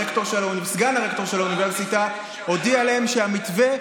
סגן הרקטור של האוניברסיטה הודיע להם שהמתווה,